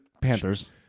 Panthers